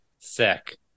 Sick